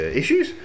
issues